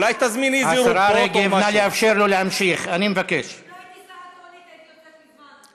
אם לא הייתי חייבת הייתי יוצאת מזמן.